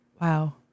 Wow